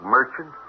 Merchant